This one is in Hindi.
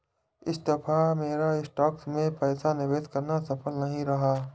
इस दफा मेरा स्टॉक्स में पैसा निवेश करना सफल नहीं रहा